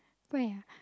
where ah